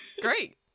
great